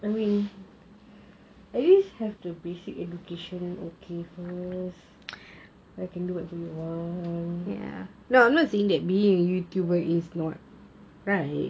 I mean at least have the basic education first then you can do what you want